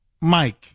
Mike